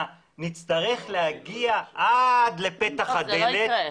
נצטרך להגיע עד לפתח הדלת --- זה לא יקרה,